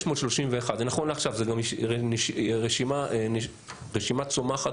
זה נכון לעכשיו, זו רשימה צומחת,